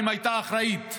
אם הייתה אחראית,